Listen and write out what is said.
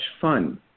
fun